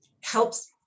helps